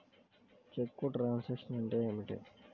చెక్కు truncation అంటే ఏమిటి?